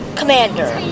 commander